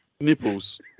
Nipples